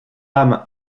âme